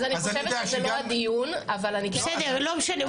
אני חושבת שזה לא הדיון --- לא משנה,